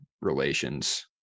relations